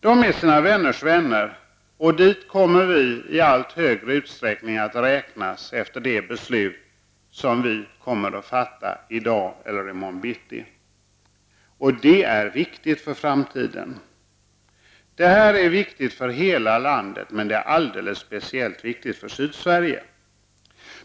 De är sina vänners vänner, och dit kommer vi i allt större utsträckning att räknas efter det beslut som riksdagen kommer att fatta i dag eller i morgon, och detta är viktigt för framtiden. Detta beslut är viktigt för hela landet, men det är alldeles speciellt viktigt för Sydsverige.